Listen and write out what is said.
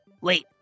Wait